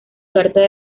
carta